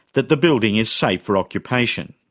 that the building is safe for occupation.